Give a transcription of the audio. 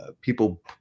people